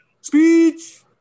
speech